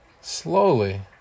Slowly